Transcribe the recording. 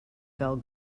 fell